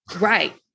right